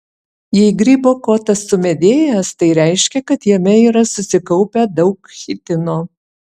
jei grybo kotas sumedėjęs tai reiškia kad jame yra susikaupę daug chitino